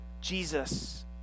jesus